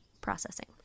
processing